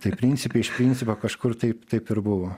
tai principe iš principo kažkur taip taip ir buvo